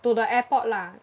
to the airport lah